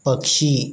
पक्षी